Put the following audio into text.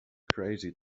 crazy